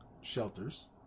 shelters